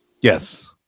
Yes